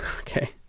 okay